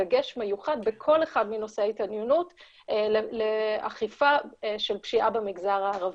דגש מיוחד בכל אחד מנושאי ההתעניינות לאכיפה של פשיעה במגזר הערבי.